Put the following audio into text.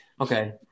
Okay